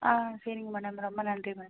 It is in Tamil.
ஆ சரிங்க மேடம் ரொம்ப நன்றி மேம்